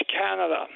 Canada